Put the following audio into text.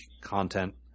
content